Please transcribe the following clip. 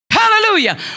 Hallelujah